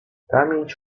pamięć